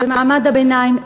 במעמד הביניים,